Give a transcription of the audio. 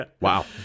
Wow